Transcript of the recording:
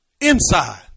inside